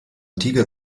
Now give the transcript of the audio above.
tiger